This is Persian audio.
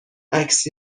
عکس